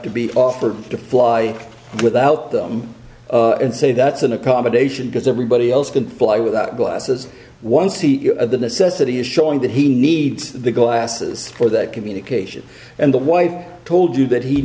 to be offered to fly without them and say that's an accommodation because every but he else can fly without glasses one see the necessity is showing that he needs the glasses for that communication and the wife told you that he